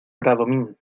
bradomín